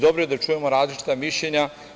Dobro je da čujemo različita mišljenja.